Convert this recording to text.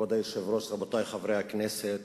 כבוד היושב-ראש, רבותי חברי הכנסת,